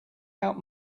out